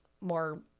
more